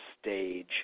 stage